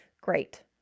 Great